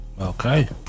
okay